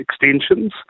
extensions